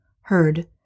Heard